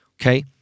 okay